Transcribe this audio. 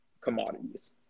commodities